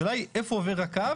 השאלה היא איפה עובר הקו.